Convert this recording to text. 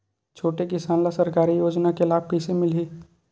छोटे किसान ला सरकारी योजना के लाभ कइसे मिलही?